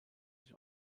sich